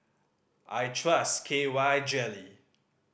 I trust K Y Jelly